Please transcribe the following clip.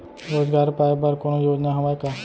रोजगार पाए बर कोनो योजना हवय का?